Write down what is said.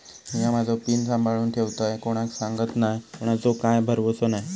मिया माझो पिन सांभाळुन ठेवतय कोणाक सांगत नाय कोणाचो काय भरवसो नाय